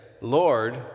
Lord